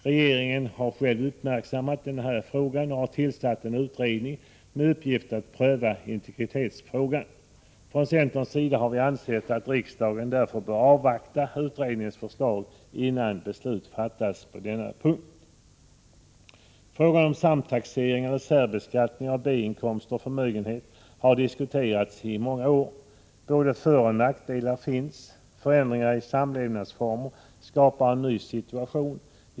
Regeringen har själv uppmärksammat detta och har nu tillsatt en utredning med uppgift att pröva integritetsfrågan. Från centerns sida har vi ansett att riksdagen bör avvakta utredningens förslag innan beslut fattas på denna punkt. Frågan om samtaxering eller särbeskattning av B-inkomster och förmögenhet har diskuterats i många år. Både föroch nackdelar finns. Förändringar i samlevnadsformer skapar en ny situation.